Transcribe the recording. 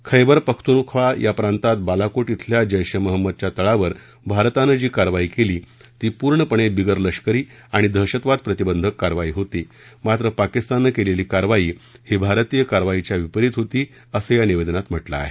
खैबर पख्तुनख्वा या प्रांतात बालाकोट इथल्या जेश ए मोहंमदच्या तळावर भारतानं जी कारवाई केली ती पूर्णपणे बिगर लष्करी आणि दहशतवाद प्रतिबंधक कारवाई होती मात्र पाकिस्ताननं केलेली कारवाई ही भारतीय कारवाईच्या विपरित होती असं या निवेदनात म्हटलं आहे